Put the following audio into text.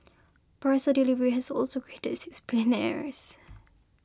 parcel delivery has also created six billionaires